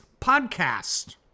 podcast